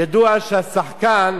ידוע שהשחקן